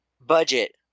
Budget